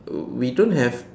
we don't have